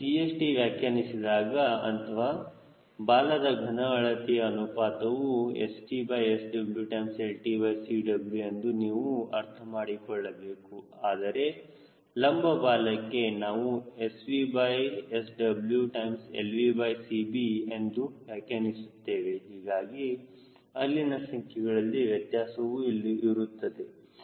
ನೀವು CHT ವ್ಯಾಖ್ಯಾನಿಸಿದಾಗ ಅಥವಾ ಬಾಲದ ಘನ ಅಳತೆಯ ಅನುಪಾತವು StSwltCw ಎಂದು ನೀವು ಅರ್ಥಮಾಡಿಕೊಳ್ಳಬೇಕು ಆದರೆ ಲಂಬ ಬಾಲಕ್ಕೆ ನಾವು SVSwlVCb ಎಂದು ವ್ಯಾಖ್ಯಾನಿಸುತ್ತೇವೆ ಹೀಗಾಗಿ ಅಲ್ಲಿನ ಸಂಖ್ಯೆಗಳಲ್ಲಿ ವ್ಯತ್ಯಾಸವು ಇರುತ್ತದೆ